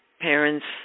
parents